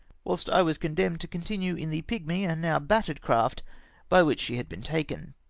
whilst i was condemned to continue in the pigmy and now battered craft by which she had been taken.